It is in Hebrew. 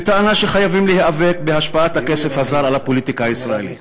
בטענה שחייבים להיאבק בהשפעת הכסף הזר על הפוליטיקה הישראלית.